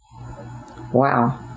wow